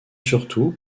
surtout